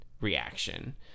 reaction